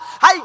Hey